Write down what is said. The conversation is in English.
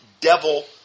devil